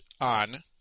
on